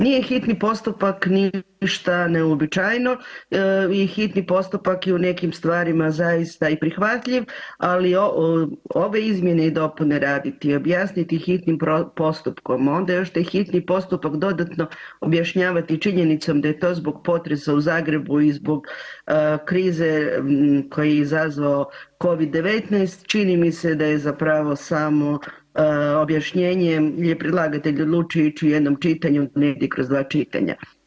Nije hitni postupak, nije ništa neuobičajeno i hitni postupak je u nekim stvarima zaista i prihvatljiv, ali ove izmjene i dopune raditi i objasniti ih hitnim postupkom onda još taj hitni postupak dodatno objašnjavati i činjenicom da je to zbog potresa u Zagrebu i zbog krize koju je izazvao covid-19 čini mi se da je zapravo samo objašnjenje gdje je predlagatelj odlučio ići u jednom čitanju negdje kroz dva čitanja.